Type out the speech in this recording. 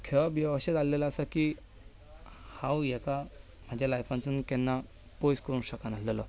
खेळप बी अशें जाल्लें आसा की हांव हाका म्हज्या लायफानसून केन्ना पयस करूंक शकनाशिल्लो